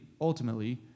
ultimately